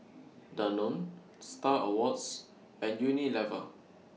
Danone STAR Awards and Unilever